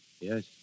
Yes